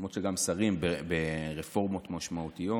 למרות שגם שרים ברפורמות משמעותיות,